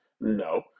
No